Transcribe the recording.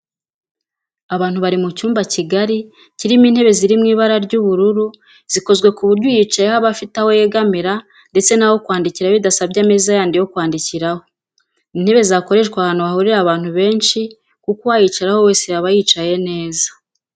Abantu baru mu cyumba kigari kirimo intebe ziri mu ibara ry'ubururu zikozwe ku buryo uyicayeho aba afite aho yegamira ndetse n'aho kwandikira bidasabye ameza yandi yo kwandikiraho. Ni intebe zakoreshwa ahantu hahuriye abantu benshi kuko uwayicaraho wese yaba yicaye neza